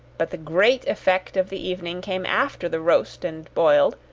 but the great effect of the evening came after the roast and boiled,